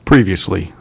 Previously